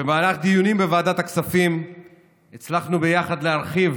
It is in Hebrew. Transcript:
במהלך דיונים בוועדת הכספים הצלחנו ביחד להרחיב